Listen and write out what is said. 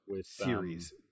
series